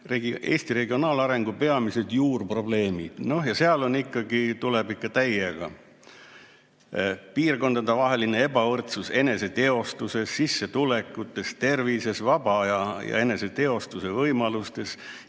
"Eesti regionaalarengu peamised juurprobleemid". Ja seal ikkagi tuleb täiega: piirkondadevaheline ebavõrdsus, eneseteostusest, sissetulekutest, tervisest, vaba aja ja eneseteostuse võimalustest,